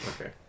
Okay